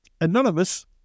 Anonymous